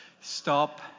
Stop